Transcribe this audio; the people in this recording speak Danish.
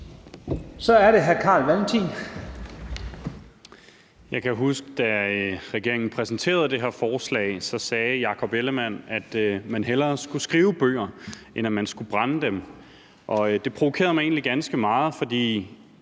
Kl. 11:25 Carl Valentin (SF): Jeg kan huske, at da regeringen præsenterede det her forslag, sagde Jakob Ellemann-Jensen, at man hellere skulle skrive bøger end brænde dem. Det provokerede mig egentlig ganske meget, for